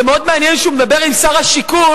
זה מאוד מעניין שהוא מדבר עם שר השיכון.